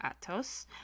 Atos